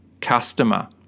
customer